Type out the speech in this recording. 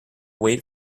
wait